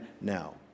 now